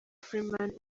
freeman